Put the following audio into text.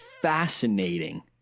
fascinating